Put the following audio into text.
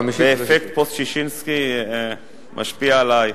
ואפקט חוק ששינסקי משפיע עלי.